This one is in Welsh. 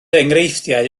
enghreifftiau